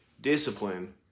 Discipline